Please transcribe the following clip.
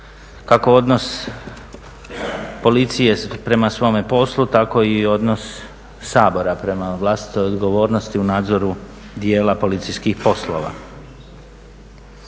kako odnos policije prema svome poslu tako i odnos Sabora prema vlastitoj odgovornosti u nadzoru dijela policijskih poslova.